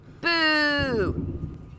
Boo